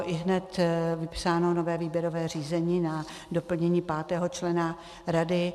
Ihned bylo vypsáno nové výběrové řízení na doplnění pátého člena rady.